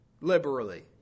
liberally